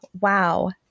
wow